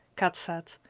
kat said.